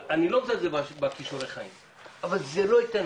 אני לא רוצה את זה בכישורי חיים,